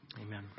Amen